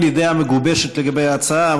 אין לי דעה מגובשת לגבי ההצעה,